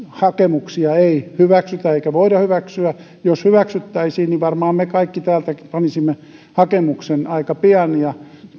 hakemuksia ei hyväksytä eikä voida hyväksyä jos hyväksyttäisiin niin varmaan me kaikki täältä panisimme hakemuksen aika pian ja